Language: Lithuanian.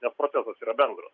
nes procesas yra bandras